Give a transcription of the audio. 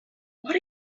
what